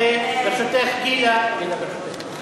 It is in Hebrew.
השערה מדעית, ברשותך, גילה, תני לדבר שוטף.